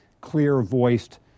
clear-voiced